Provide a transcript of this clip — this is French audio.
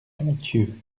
ponthieu